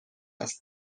است